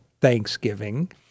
Thanksgiving